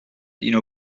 اینو